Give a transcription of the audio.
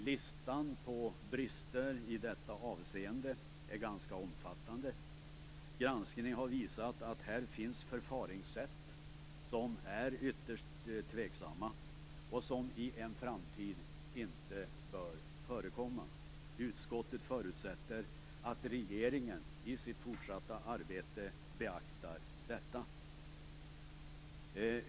Listan på brister i detta avseende är ganska omfattande. Granskningen har visat att här finns förfaringssätt som är ytterst tveksamma och som i en framtid inte bör förekomma. Utskottet förutsätter att regeringen i sitt fortsatta arbete beaktar detta.